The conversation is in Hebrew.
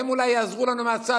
הם אולי יעזרו לנו מהצד,